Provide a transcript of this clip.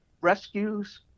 rescues